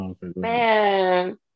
Man